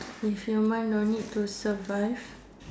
if human no need to survive